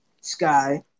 Sky